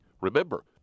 Remember